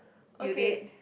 you late